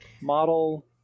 model